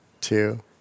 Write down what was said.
two